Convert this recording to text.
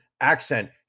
accent